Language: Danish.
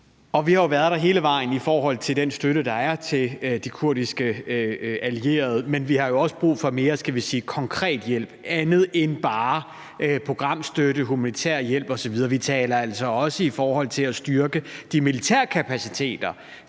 Og vi har jo været der hele vejen i forhold til den støtte, der er til de kurdiske allierede, men vi har også brug for mere, skal vi sige konkret hjælp, andet end bare programstøtte, humanitær hjælp osv. Vi taler altså også om at styrke de militære kapaciteter